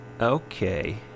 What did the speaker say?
Okay